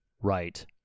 Right